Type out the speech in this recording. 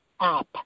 app